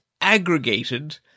aggregated